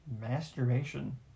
masturbation